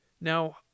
Now